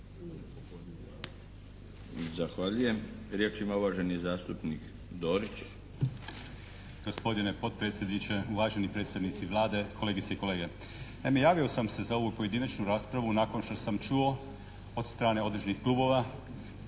Zahvaljujem. Riječ ima uvaženi zastupnik Dorić.